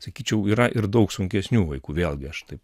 sakyčiau yra ir daug sunkesnių vaikų vėlgi aš taip